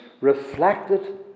reflected